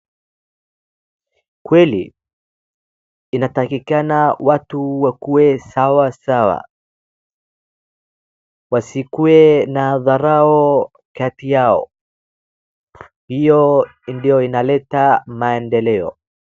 Kweli, inatakikana watu wakuwe sawa sawa. wasikuwe na dharau kati yao. Hio ndio inaleta maendeleo.